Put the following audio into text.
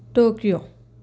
Tokyo